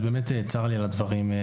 אז באמת צר לי על הדברים,